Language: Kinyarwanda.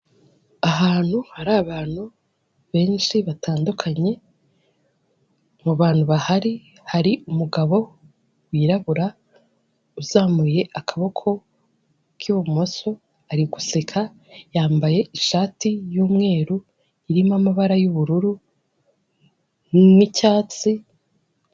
Ahantu hari abantu benshi batandukanye mu bantu bahari hari umugabo wirabura uzamuye akaboko k'ibumoso ari guseka, yambaye ishati y'umweru irimo amabara y'ubururu n'icyatsi.